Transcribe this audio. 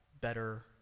better